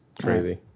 Crazy